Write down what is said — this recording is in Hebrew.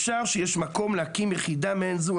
אפשר שיש מקום להקים יחידה מעין זו,